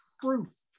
truth